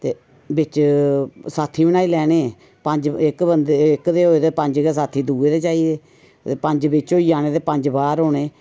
ते बिच्च साथी बनाई लैने पंज इक बंदे इक दे होए ते पंज गै साथी दुए दे चाहिदे ते पंज बिच्च होई जाने ते पंज बाह्र होने